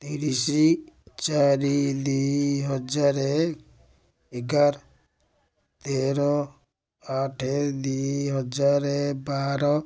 ତିରିଶ ଚାରି ଦୁଇ ହଜାର ଏଗାର ତେର ଆଠ ଦୁଇ ହଜାର ବାର